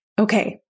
Okay